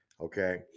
Okay